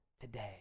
today